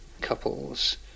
couples